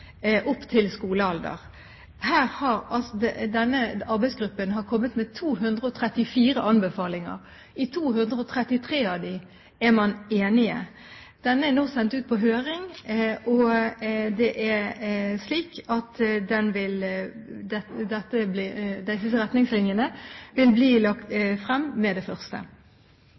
opp til skolealder. Denne arbeidsgruppen har kommet med 234 anbefalinger. Når det gjelder 233 av dem, er man enige. Dette er nå sendt ut på høring, og disse retningslinjene vil bli lagt frem med det første. Mitt spørsmål dreier seg om anbefaling til dem som planlegger graviditet, ikke om dem som allerede er gravide. Dette er det